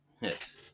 Yes